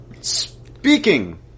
Speaking